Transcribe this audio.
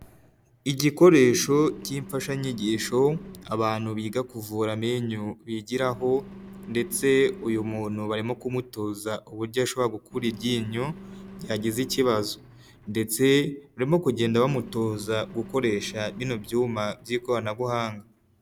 Igikoresho cy' imfashanyigisho abantu biga kuvura amenyo bigiraho ndetse uyu muntu barimo kumutoza uburyo ashobora gukura iryinyo gihe ryagize ikibazo, ndetse barimo kugenda bamutoza gukoresha bino byuma by'ikoranabuhanga.